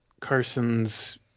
carson's